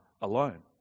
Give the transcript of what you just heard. alone